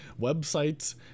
Websites